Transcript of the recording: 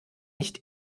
nicht